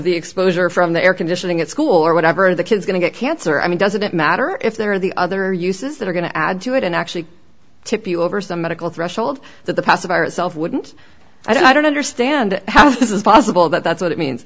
the exposure from the air conditioning at school or whatever the kid's going to get cancer i mean doesn't it matter if there are the other uses that are going to add to it and actually tipping over some medical threshold that the pacifier itself wouldn't i don't understand how this is possible but that's what it means